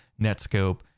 Netscope